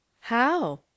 How